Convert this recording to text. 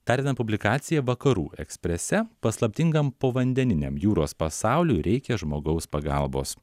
dar viena publikaciją vakarų eksprese paslaptingam povandeniniam jūros pasauliui reikia žmogaus pagalbos